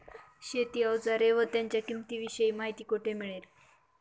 शेती औजारे व त्यांच्या किंमतीविषयी माहिती कोठे मिळेल?